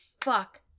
fuck